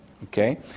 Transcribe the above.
Okay